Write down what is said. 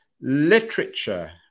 literature